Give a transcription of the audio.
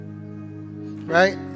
Right